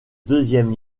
deuxième